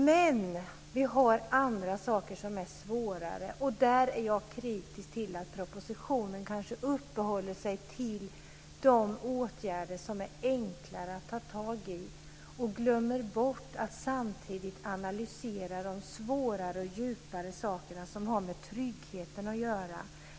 Men det finns andra saker som är svårare, och jag är kritisk till att propositionen uppehåller sig vid de åtgärder som är enklare att ta tag i och glömmer bort att samtidigt analysera de svårare och djupare sakerna som har med tryggheten att göra.